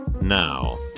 Now